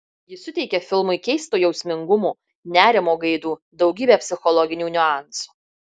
ji suteikia filmui keisto jausmingumo nerimo gaidų daugybę psichologinių niuansų